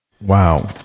Wow